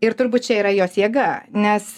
ir turbūt čia yra jos jėga nes